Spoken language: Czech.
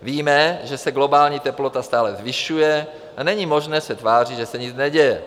Víme, že se globální teplota stále zvyšuje a není možné se tvářit, že se nic neděje.